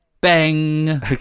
Bang